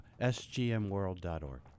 sgmworld.org